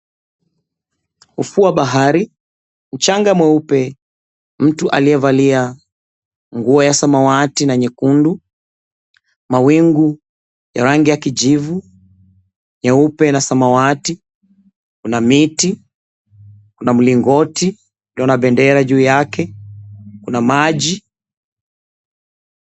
Ufuo wa bahari mchanga mweupe, mtu aliyevalia nguo ya samawati na nyekundu, mawingu ya rangi ya 𝑘𝑖𝑗𝑖𝑣𝑢, nyeupe na samawati 𝑘una miti, kuna mlingoti ulio na bendera juu yake, kuna maji.